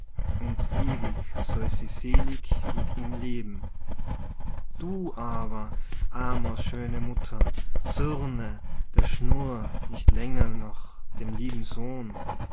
und ewig soll sie selig mit ihm leben du aber amor's schöne mutter zürne der schnur nicht länger noch dem lieben sohn